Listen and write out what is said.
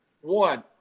One